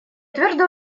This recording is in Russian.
твердо